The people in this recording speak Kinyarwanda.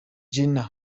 jenner